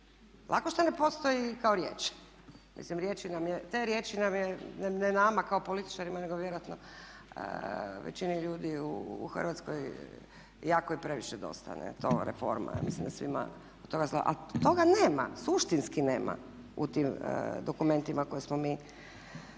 Lako što ne postoji kao riječ. Te riječi nam je, ne nama kao političarima, nego vjerojatno većini ljudi u Hrvatskoj jako i previše dosta. To reforma, mislim da je svima od toga zlo. A toga nema, suštinski nema u tim dokumentima koje smo mi